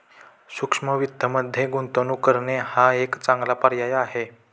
सूक्ष्म वित्तमध्ये गुंतवणूक करणे हा एक चांगला पर्याय आहे